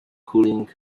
cooling